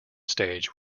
stage